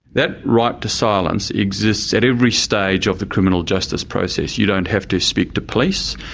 that right to silence exists at every stage of the criminal justice process. you don't have to speak to police,